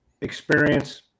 experience